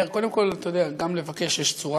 אני אומר, קודם כול, אתה יודע, גם לבקש יש צורה.